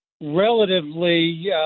relatively